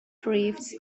drifts